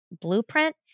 blueprint